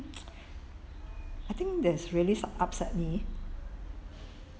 I think that's really upset me